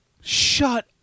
Shut